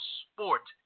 sport